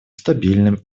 стабильным